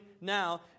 now